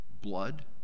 blood